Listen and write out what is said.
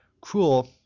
Cruel